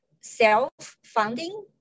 self-funding